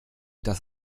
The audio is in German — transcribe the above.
dass